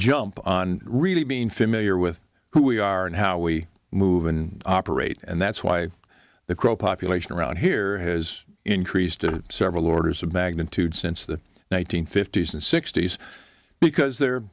jump on really being familiar with who we are and how we move and operate and that's why the crow population around here has increased several orders of magnitude since the one nine hundred fifty s and sixty's because they're